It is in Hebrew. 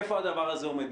איפה הדבר הזה עומד?